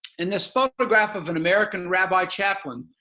in this photograph of an american rabbi chaplain,